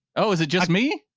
oh, is it just me,